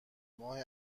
ماه